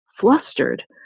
flustered